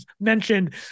mentioned